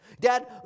Dad